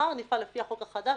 מחר נפעל לפי החוק החדש,